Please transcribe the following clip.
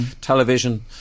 television